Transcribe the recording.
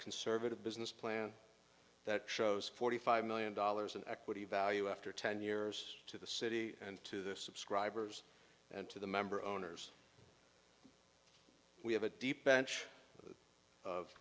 conservative business plan that shows forty five million dollars in equity value after ten years to the city and to this subscribers and to the member owners we have a deep bench of